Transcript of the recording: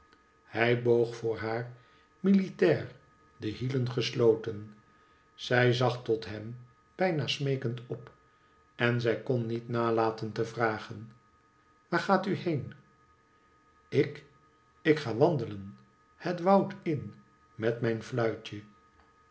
hij boog voor haar militair de hielen gesloten zij zag tot hem bijna smeekend op en zij kon niet nalaten te vragen waar gaat u been ik ik ga wandelen het woud in met mijn fluitje